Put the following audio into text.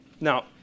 Now